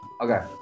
Okay